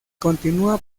continúa